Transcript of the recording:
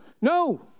No